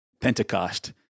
Pentecost